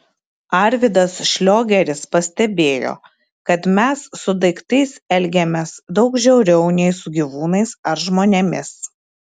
arvydas šliogeris pastebėjo kad mes su daiktais elgiamės daug žiauriau nei su gyvūnais ar žmonėmis